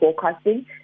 forecasting